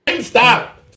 Stop